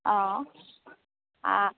অঁ আ